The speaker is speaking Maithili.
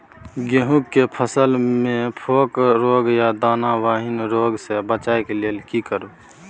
गेहूं के फसल मे फोक रोग आ दाना विहीन रोग सॅ बचबय लेल की करू?